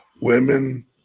women